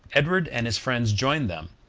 edward and his friends joined them,